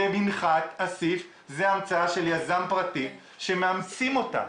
"מנחת אסיף" זה המצאה של יזם פרטי שמאמצים אותה.